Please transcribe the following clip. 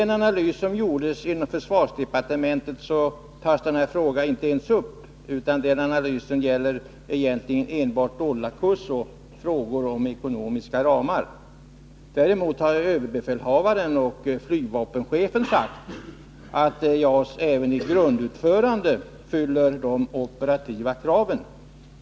I den analys som har utförts inom försvarsdepartementet tas denna fråga inte ens upp, utan den analysen gäller egentligen enbart dollarkursen och ekonomiska ramar. Däremot har ÖB och flygvapenchefen sagt att JAS även i grundutförandet fyller de operativa kraven.